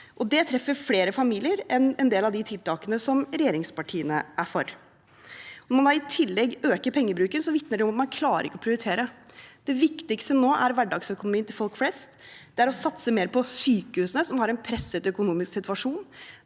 det treffer flere familier enn en del av de tiltakene som regjeringspartiene er for. Når man da i tillegg øker pengebruken, vitner det om at man ikke klarer å prioritere. Det viktigste nå er hverdagsøkonomien til folk flest. Det er å satse mer på sykehusene, som har en presset økonomisk situasjon.